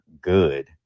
good